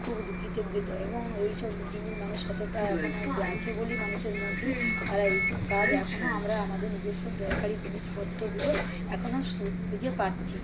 খুব কৃতজ্ঞ এবং ওই সব জিনিস মানুষ সততা এখনও অব্দি আছে বলেই মানুষের মধ্যে তারা এইসব কাজ এখনও আমরা আমাদের নিজেস্ব দরকারি জিনিসপত্রগুলো এখনও সু খুঁজে পাচ্ছি